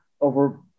over